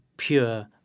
pure